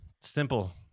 Simple